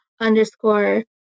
underscore